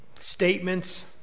statements